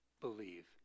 believe